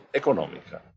economica